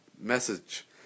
message